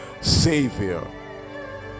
savior